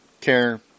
care